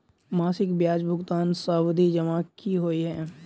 मासिक ब्याज भुगतान सावधि जमा की होइ है?